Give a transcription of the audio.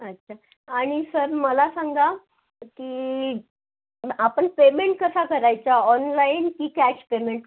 अच्छा आणि सर मला सांगा की आपण पेमेंट कसा करायचा ऑनलाइन की कॅश पेमेंट